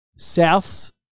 Souths